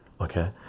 okay